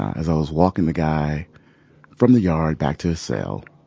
as i was walking the guy from the yard back to his cell,